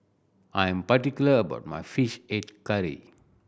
I am particular about my Fish Head Curry